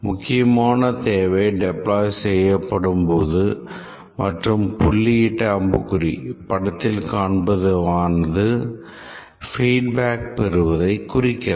முக்கியமான தேவை deploy செய்யப்படும் மற்றும் புள்ளியிட்ட அம்புக்குறி யானது feedback பெறுவதை குறிக்கிறது